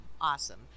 Awesome